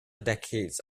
decades